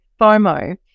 FOMO